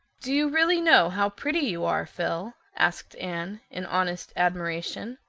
do you really know how pretty you are, phil? asked anne, in honest admiration.